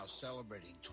celebrating